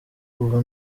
kuva